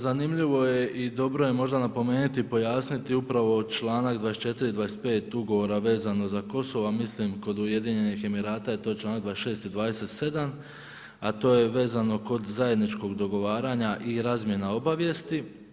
Zanimljivo je i dobro je možda napomenuti i pojasniti upravo članak 24. i 25. ugovora vezano za Kosovo a mislim kod Ujedinjenih Emirata je to članak 26. i 27. a to je vezano kod zajedničkog dogovaranja i razmjena obavijesti.